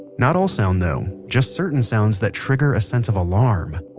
not all sound, though just certain sounds that trigger a sense of alarm.